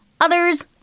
others